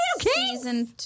Season